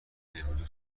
امروز